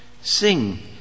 Sing